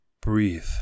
Breathe